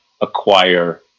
acquire